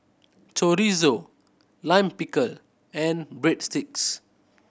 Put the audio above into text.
Chorizo Lime Pickle and Breadsticks